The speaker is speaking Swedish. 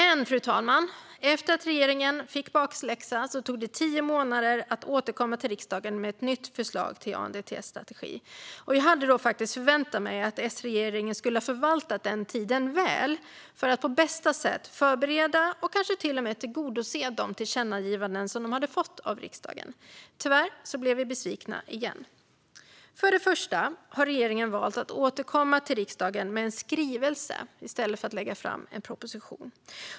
Men, fru talman, efter att regeringen fick bakläxa tog det den tio månader att återkomma till riksdagen med ett nytt förslag till ANDTS-strategi. Jag hade faktiskt förväntat mig att S-regeringen skulle ha förvaltat den tiden väl för att på bästa sätt behandla och kanske till och med tillgodose de tillkännagivanden som den hade fått av riksdagen. Tyvärr blev vi besvikna igen. För det första har regeringen valt att återkomma till riksdagen med en skrivelse i stället för att lägga fram en proposition.